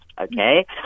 okay